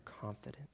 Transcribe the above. confidence